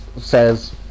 says